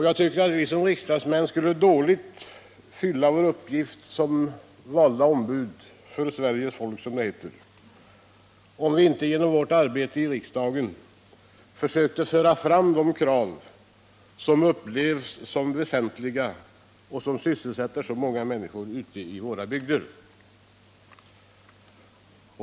Jag tycker att vi riksdagsmän dåligt skulle fylla vår uppgift som valda ombud för Sveriges folk, som det heter, om vi inte genom vårt arbete i riksdagen försökte föra fram de krav som upplevs som väsentliga och som sysselsätter så många människor ute i våra bygder.